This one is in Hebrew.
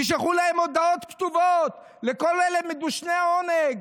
תשלחו להם הודעות כתובות, לכל אלה, מדושני העונג.